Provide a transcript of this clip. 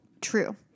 true